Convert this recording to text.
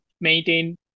maintain